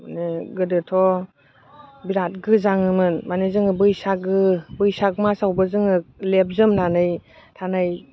माने गोदोथ' बिराद गोजाङोमोन माने जोङो बैसागो बैसाग मासावबो जोङो लेब जोमनानै थानाय